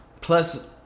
plus